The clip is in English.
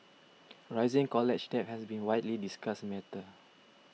rising college debt has been widely discussed matter